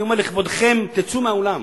אני אומר: לכבודכם, תצאו מהאולם.